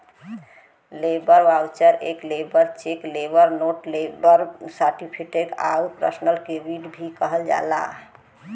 labour voucher एके labour cheque, labour note, labour certificate आउर personal credit भी कहल जाला